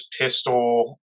pistol